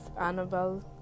annabelle